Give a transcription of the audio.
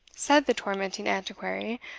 said the tormenting antiquary,